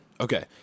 Okay